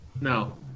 No